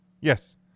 Yes